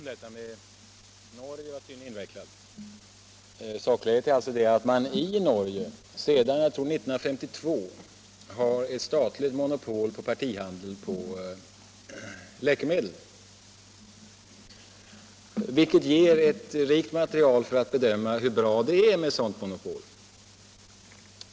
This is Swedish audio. Herr talman! Detta med Norge var tydligen invecklat. Sakläget är att man i Norge — såsom jag tror sedan 1952 — har ett statligt monopol för partihandeln med läkemedel, vilket ger ett rikt material för en bedömning av hur bra det är med ett sådant monopol.